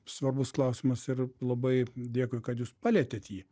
svarbus klausimas ir labai dėkui kad jūs palietėt jį